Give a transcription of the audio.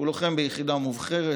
שהוא לוחם ביחידה מובחרת,